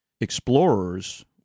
Explorers